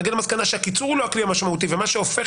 נגיד למסקנה שהקיצור הוא לא הכלי המשמעותי ומה שהופך